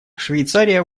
швейцария